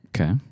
Okay